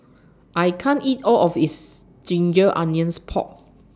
I can't eat All of IS Ginger Onions Pork